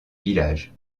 village